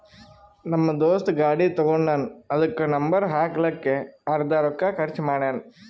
ನಮ್ ದೋಸ್ತ ಗಾಡಿ ತಗೊಂಡಾನ್ ಅದುಕ್ಕ ನಂಬರ್ ಹಾಕ್ಲಕ್ಕೆ ಅರ್ದಾ ರೊಕ್ಕಾ ಖರ್ಚ್ ಮಾಡ್ಯಾನ್